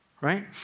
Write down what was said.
right